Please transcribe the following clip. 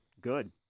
good